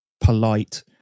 polite